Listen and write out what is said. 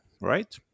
right